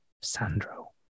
Sandro